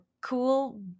cool